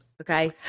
Okay